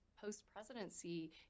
post-presidency